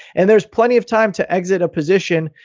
and there's plenty of time to exit a position.